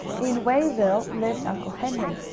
in wayville lived uncle henry,